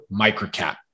MICROCAP